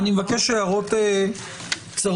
אני מבקש הערות קצרות.